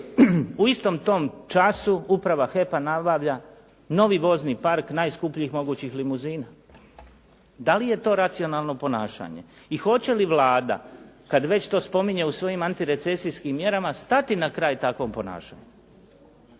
u istom tom času uprava HEP-a nabavlja novi vozni park najskupljih mogućih limuzina. Da li je to racionalno ponašanje i hoće li Vlada kad već to spominje u svojim antirecesijskim mjerama stati na kraj takvom ponašanju?